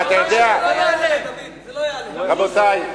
רבותי,